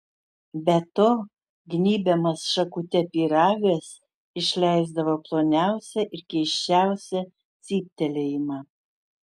be to gnybiamas šakute pyragas išleisdavo ploniausią ir keisčiausią cyptelėjimą